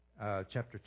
Chapter